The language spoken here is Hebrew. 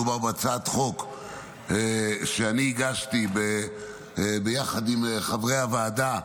מדובר בהצעת חוק שאני הגשתי ביחד עם חברי הוועדה.